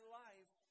life